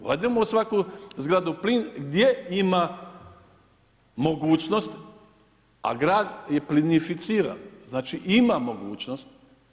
Uvedemo u svaku zgradu plin gdje ima mogućnosti, a grad je plinificiran, znači, ima mogućnost.